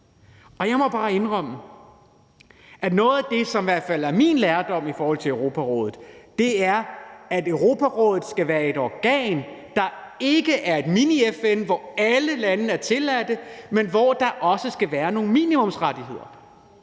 Jeg må bare indrømme, at noget af det, der i hvert fald er min lære i forhold til Europarådet, er, at Europarådet skal være et organ, der ikke er et mini-FN, hvor alle lande kan være medlemmer, og hvor der også skal være nogle minimumsrettigheder